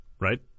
right